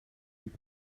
die